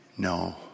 No